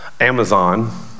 Amazon